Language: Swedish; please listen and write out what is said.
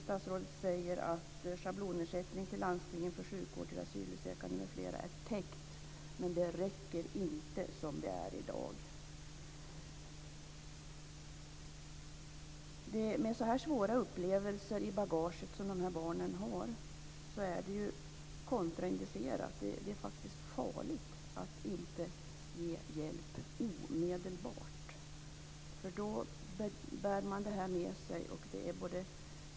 Statsrådet säger att schablonersättning till landstingen för sjukvård till asylsökande m.fl. är täckt men det räcker inte som det är i dag. Med så svåra upplevelser i bagaget som de här barnen har är det kontrainducerat, ja, faktiskt farligt, att inte ge hjälp omedelbart. Därmed bär man det här med sig.